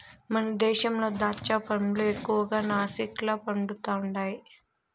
మన దేశంలో దాచ్చా పండ్లు ఎక్కువగా నాసిక్ల పండుతండాయి